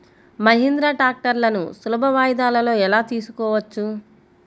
మహీంద్రా ట్రాక్టర్లను సులభ వాయిదాలలో ఎలా తీసుకోవచ్చు?